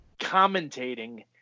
commentating